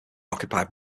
occupied